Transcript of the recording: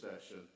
session